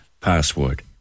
password